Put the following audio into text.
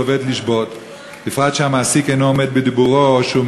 עומדת לרשותך דקה.